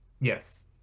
yes